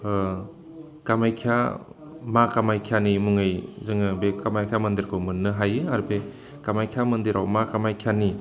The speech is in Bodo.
कामाख्या मा कामाख्यानि मुङै जोङो बे कामाख्या मन्दिरखौ मोननो हायो आरो बे कामाख्या मन्दिराव मा कामाख्यानि